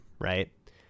right